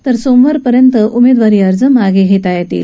तर सोमवारपर्यंत उमेदवारी अर्ज मागे घेता येतील